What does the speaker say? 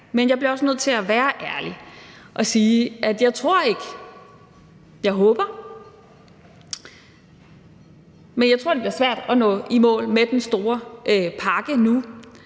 Men jeg bliver også nødt til at være ærlig og sige, at jeg håber det, men at jeg tror, at det bliver svært at nå i mål med den store pakke nu.